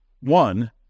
One